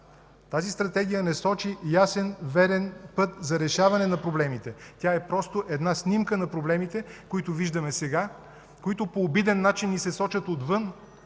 Тази Стратегия не сочи ясен, верен път за решаване на проблемите. Тя е просто една снимка на проблемите, които виждаме сега, които по обиден начин ни се сочат отвън